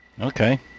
Okay